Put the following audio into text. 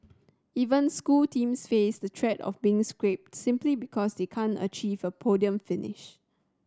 even school teams face the threat of being scrapped simply because they can't achieve a podium finish